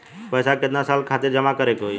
पैसा के कितना साल खातिर जमा करे के होइ?